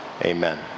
amen